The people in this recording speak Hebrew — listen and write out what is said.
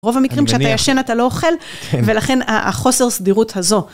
רוב המקרים כשאתה ישן אתה לא אוכל, ולכן החוסר סדירות הזו.